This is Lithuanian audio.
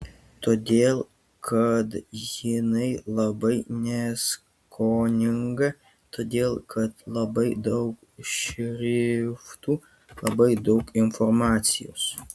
todėl kad jinai labai neskoninga todėl kad labai daug šriftų labai daug informacijos